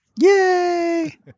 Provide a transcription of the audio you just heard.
Yay